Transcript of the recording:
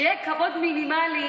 ועוד 500 מיליון,